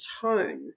tone